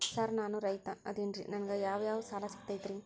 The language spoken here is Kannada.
ಸರ್ ನಾನು ರೈತ ಅದೆನ್ರಿ ನನಗ ಯಾವ್ ಯಾವ್ ಸಾಲಾ ಸಿಗ್ತೈತ್ರಿ?